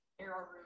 arrowroot